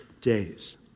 days